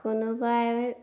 কোনোবাই